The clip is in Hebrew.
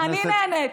אני נהניתי.